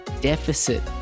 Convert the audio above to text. deficit